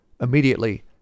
Immediately